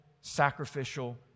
sacrificial